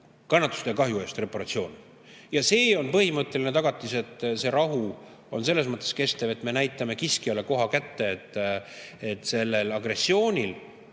kannatuste ja kahju eest reparatsiooni. Ja see on põhimõtteline tagatis, et see rahu on selles mõttes kestev, et me näitame kiskjale ja tulevastele agressoritele